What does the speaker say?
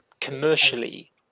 commercially